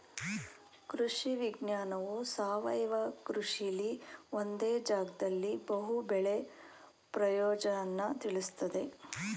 ಕೃಷಿ ವಿಜ್ಞಾನವು ಸಾವಯವ ಕೃಷಿಲಿ ಒಂದೇ ಜಾಗ್ದಲ್ಲಿ ಬಹು ಬೆಳೆ ಪ್ರಯೋಜ್ನನ ತಿಳುಸ್ತದೆ